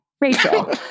Rachel